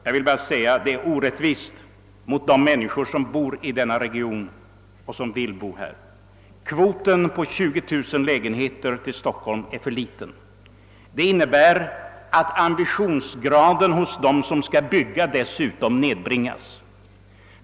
Jag vill bara säga att det är orättvist mot de människor som bor i denna region och som vill bo där. Kvoten på 20 000 lägenheter för Stockholm är för liten. Det innebär att ambitionsgraden hos dem som skall bygga desutom nedbringas.